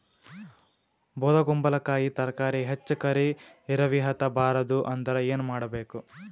ಬೊದಕುಂಬಲಕಾಯಿ ತರಕಾರಿ ಹೆಚ್ಚ ಕರಿ ಇರವಿಹತ ಬಾರದು ಅಂದರ ಏನ ಮಾಡಬೇಕು?